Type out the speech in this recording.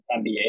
NBA